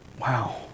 wow